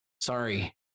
Sorry